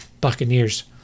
Buccaneers